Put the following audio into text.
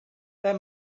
there